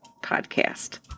podcast